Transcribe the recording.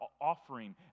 offering